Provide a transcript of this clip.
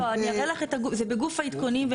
לא, אני אראה לך, זה בגוף העדכונים.